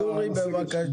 היושב-ראש,